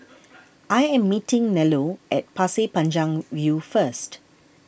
I am meeting Nello at Pasir Panjang View first